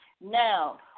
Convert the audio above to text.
Now